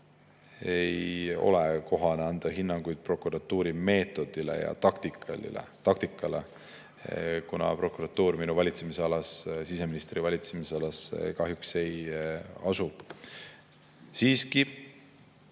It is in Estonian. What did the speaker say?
ei ole kohane anda hinnanguid prokuratuuri meetodile ja taktikale, kuna prokuratuur siseministri valitsemisalas kahjuks ei asu. Siiski